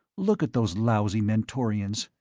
look at those lousy mentorians!